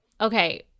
Okay